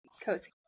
Cozy